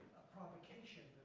provocation,